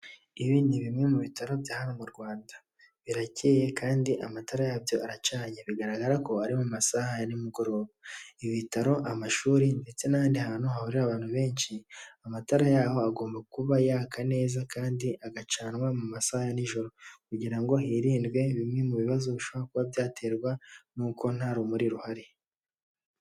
Ibi ni bimwe mu Bitaro bya hano mu Rwanda biracyeye kandi amatara yabyo aracanye. Bigaragara ko ari mu masaha ya nimugoro. Ibitaro, amashuri, ndetse n'ahandi hantu hahurira abantu benshi amatara yaho agomba kuba yaka neza kandi agacanwa mu masaha ya nijoro kugira ngo hirindwe bimwe mu bibazo bishobora kuba byaterwa n'uko nta rumuri ruhari.